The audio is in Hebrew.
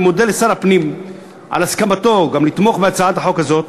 אני מודה לשר הפנים על הסכמתו גם לתמוך בהצעת החוק הזאת.